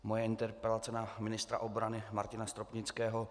Moje interpelace na ministra obrany Martina Stropnického.